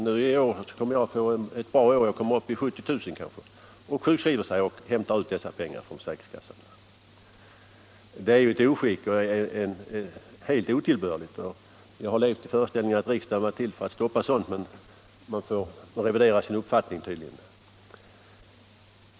Han säger: Nu kommer jag att få ett bra år —- jag kommer upp i 70 000 kanske. Sedan sjukskriver han sig, som sagt, och hämtar ut pengarna från försäkringskassan. Detta är ju ett oskick — något helt otillbörligt. Jag har levt i föreställningen att riksdagen var till för att stoppa sådant, men man får tydligen revidera sin uppfattning.